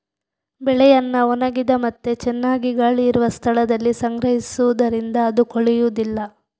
ಬೆಳೆಯನ್ನ ಒಣಗಿದ ಮತ್ತೆ ಚೆನ್ನಾಗಿ ಗಾಳಿ ಇರುವ ಸ್ಥಳದಲ್ಲಿ ಸಂಗ್ರಹಿಸುದರಿಂದ ಅದು ಕೊಳೆಯುದಿಲ್ಲ